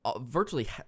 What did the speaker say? virtually